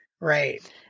Right